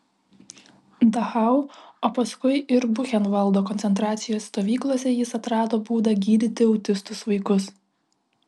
dachau o paskui ir buchenvaldo koncentracijos stovyklose jis atrado būdą gydyti autistus vaikus